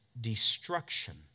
destruction